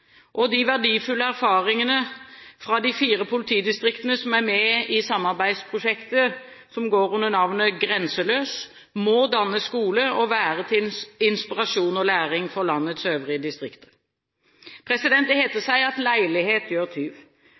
De verdifulle erfaringene fra de fire politidistriktene som er med i samarbeidsprosjektet som går under navnet Grenseløs, må danne skole og være til inspirasjon og læring for landets øvrige distrikter. Det heter seg at leilighet gjør tyv.